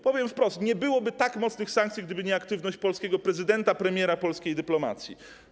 Powiem wprost: nie byłoby tak mocnych sankcji, gdyby nie aktywność polskiego prezydenta, premiera i polskiej dyplomacji.